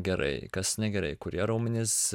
gerai kas negerai kurie raumenys